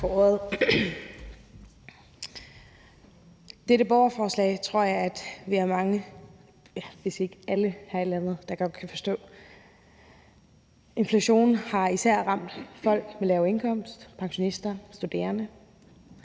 Dette borgerforslag tror jeg at vi er mange – ja, hvis ikke alle – her i landet der godt kan forstå. Inflationen har især ramt folk med lav indkomst: pensionister, studerende,